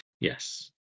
Yes